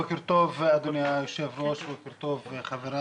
בוקר טוב, אדוני היושב ראש, בוקר טוב חבריי.